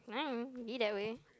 fine be that way